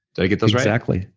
did i get those right? exactly.